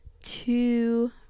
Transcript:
two